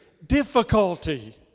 difficulty